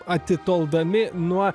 atitoldami nuo